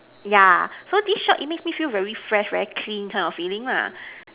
yeah so these shop it makes me feel very fresh very clean kind of feeling lah